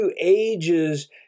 ages